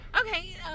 Okay